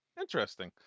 Interesting